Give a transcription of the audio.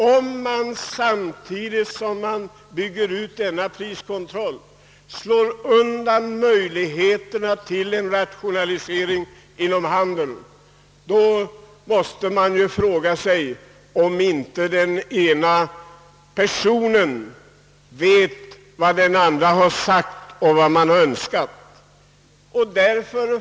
Om priskontrollen byggs ut samtidigt som möjligheterna till rationalisering inom handeln slås undan, måste man fråga sig om den ena personen vet vad den andra har sagt eller önskat.